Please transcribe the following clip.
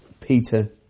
Peter